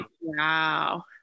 Wow